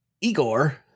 Igor